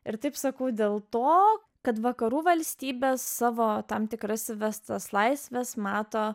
ir taip sakau dėl to kad vakarų valstybės savo tam tikras įvestas laisves mato